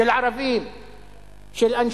של ערבים,